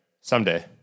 someday